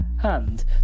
And